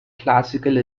classical